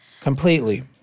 Completely